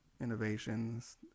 innovations